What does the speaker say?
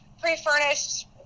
pre-furnished